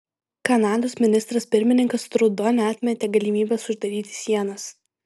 kanados ministras pirmininkas trudo neatmetė galimybės uždaryti sienas